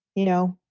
you know,